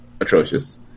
atrocious